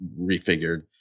refigured